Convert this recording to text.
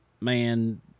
man